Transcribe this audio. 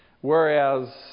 whereas